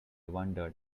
wondered